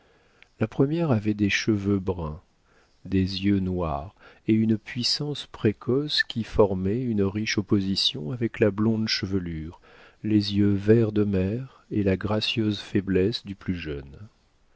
la première avait des cheveux bruns des yeux noirs et une puissance précoce qui formaient une riche opposition avec la blonde chevelure les yeux vert de mer et la gracieuse faiblesse du plus jeune